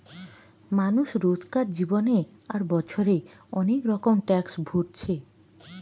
মানুষ রোজকার জীবনে আর বছরে অনেক রকমের ট্যাক্স ভোরছে